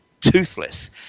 toothless